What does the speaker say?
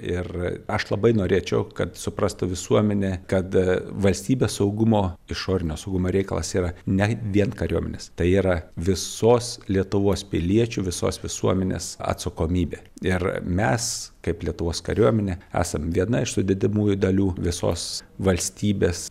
ir aš labai norėčiau kad suprastų visuomenė kad valstybės saugumo išorinio saugumo reikalas yra ne vien kariuomenės tai yra visos lietuvos piliečių visos visuomenės atsakomybė ir mes kaip lietuvos kariuomenė esam viena iš sudedamųjų dalių visos valstybės